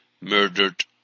murdered